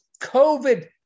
COVID